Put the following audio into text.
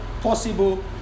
possible